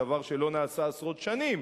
דבר שלא נעשה עשרות שנים,